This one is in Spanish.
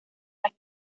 las